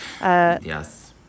Yes